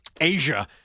Asia